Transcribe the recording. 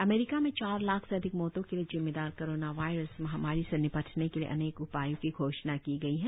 अमरीका में चार लाख से अधिक मौतों के लिए जिम्मेदार कोरोना वायरस महामारी से निपटने के लिए अनेक उपायों की घोषणा की गई है